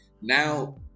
Now